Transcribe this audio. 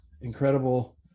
incredible